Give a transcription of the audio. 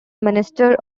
minister